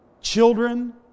children